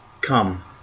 Come